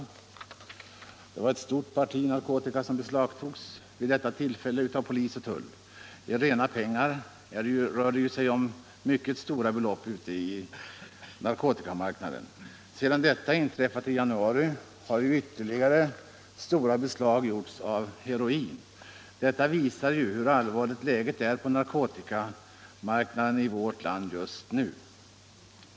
Det var som sagt ett stort parti narkotika som beslagtogs vid detta tillfälle av polis och tull — i reda pengar rör det sig om mycket stora belopp ute på narkotikamarknaden. Sedan detta inträffade i januari har ytterligare stora beslag gjorts av heroin. Det visar hur allvarligt läget är på narkotikamarknaden i vårt land just nu.